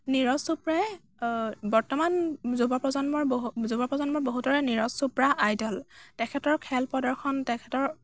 নীৰজ চোপ্ৰাই বৰ্তমান যুৱ প্ৰজন্মৰ বহু যুৱ প্ৰজন্মৰ বহুতৰে নীৰজ চোপ্ৰা আইডল তেখেতৰ খেল প্ৰদৰ্শন তেখেতৰ